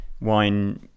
wine